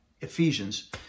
Ephesians